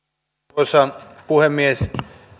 arvoisa puhemies